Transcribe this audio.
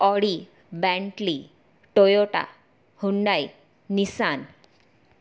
Audi Bentley Toyota Hyundai નિસાન